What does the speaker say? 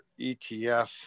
ETF